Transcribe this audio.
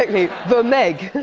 i mean the meg.